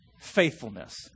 faithfulness